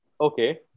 Okay